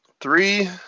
Three